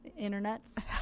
internets